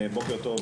בוקר טוב,